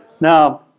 Now